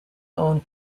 own